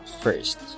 first